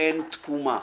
ואין תקומה.